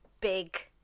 big